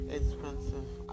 expensive